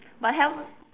but health